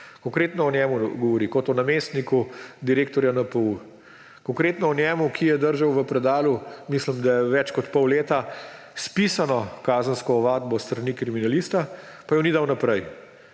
konkretno o njem govori kot o namestniku direktorja NPU. Konkretno o njem, ki je držal v predalu, mislim da, več kot pol leta spisano kazensko ovadbo s strani kriminalista, pa je ni dal naprej,